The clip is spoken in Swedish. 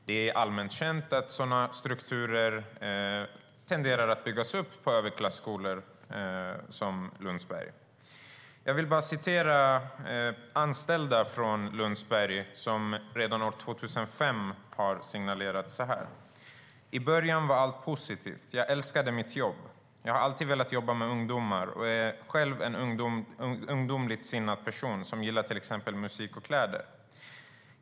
Det är allmänt känt att sådana strukturer tenderar att byggas upp på överklasskolor som till exempel Lundsberg.I början var allt positivt. Jag älskade mitt jobb. Jag har alltid velat jobba med ungdomar, och jag är själv en ungdomligt sinnad person som gillar till exempel musik och kläder.